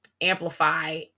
amplify